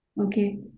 Okay